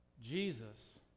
Jesus